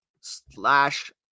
slash